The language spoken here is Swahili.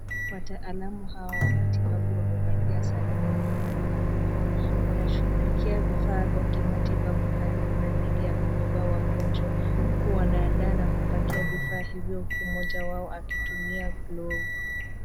Wataalamu hawa wa matibabu wamevalia sare nyekundu na barakoa. Wanashughulikia vifaa vya kimatibabu karibu na ndege ya kubeba wagonjwa huku wanaandaa na kupakia vifaa hivyo, mmoja wao akitumia glovu.